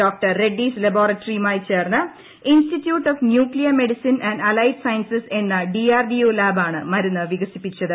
doctor Reddy's ലബോറട്ടറിയുമായി ചേർന്ന് institute of nuclear medicine and allied sciences എന്ന് ഡിആർഡിഒ ലാബാണ് മരുന്ന് വികസിപ്പിച്ചത്